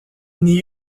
n’y